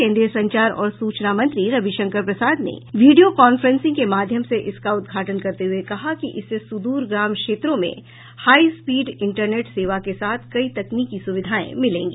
केन्द्रीय संचार और सूचना मंत्री रविशंकर प्रसाद ने विडियो कांफ्रेंसिंग के माध्यम से इसका उद्घाटन करते हुए कहा कि इससे सुदूर ग्राम क्षेत्रों में हाईस्पीड इंटरनेट सेवा के साथ कई तकनीकी सुविधाएं मिलेगी